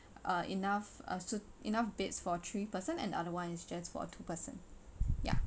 uh enough uh sui~ enough beds for three person and other one just for two person ya